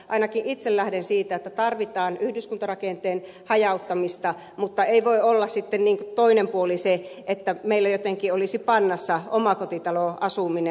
ainakin itse lähden siitä että tarvitaan yhdyskuntarakenteen hajauttamista mutta ei voi olla sitten toinen puoli se että meillä jotenkin olisi pannassa omakotitaloasuminen